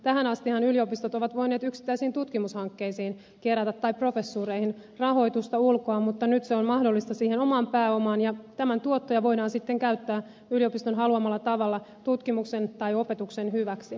tähän astihan yliopistot ovat voineet yksittäisiin tutkimushankkeisiin tai professuureihin kerätä rahoitusta ulkoa mutta nyt se on mahdollista siihen omaan pääomaan ja tämän tuottoja voidaan sitten käyttää yliopiston haluamalla tavalla tutkimuksen tai opetuksen hyväksi